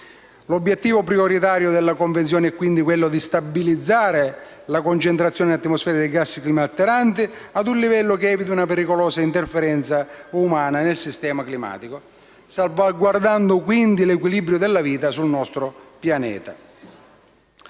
L'obiettivo prioritario della Convenzione è, quindi, stabilizzare la concentrazione in atmosfera dei gas climalteranti a un livello che eviti una pericolosa interferenza umana nel sistema, salvaguardando l'equilibrio della vita sul nostro pianeta.